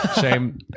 Shame